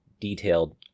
detailed